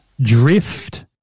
Drift